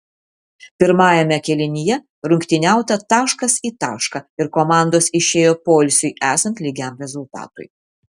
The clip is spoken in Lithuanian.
pirmajame kėlinyje rungtyniauta taškas į tašką ir komandos išėjo poilsiui esant lygiam rezultatui